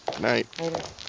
night